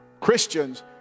Christians